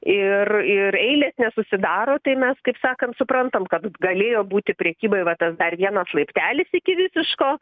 ir ir eilės nesusidaro tai mes kaip sakant suprantam kad galėjo būti prekyboj va tas dar vienas laiptelis iki visiško